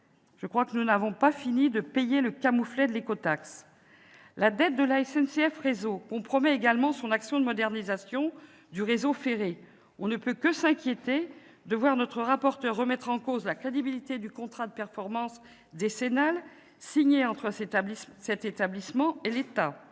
à venir ; nous n'en avons pas fini de payer le camouflet de l'écotaxe ... La dette de SNCF Réseau compromet également son action de modernisation du réseau ferré. On ne peut que s'inquiéter de voir notre rapporteur remettre en cause la crédibilité du contrat de performance décennal signé entre cet établissement et l'État.